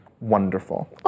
wonderful